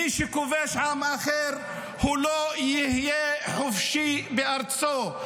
מי שכובש עם אחר הוא לא יהיה חופשי בארצו.